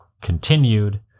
continued